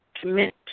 commit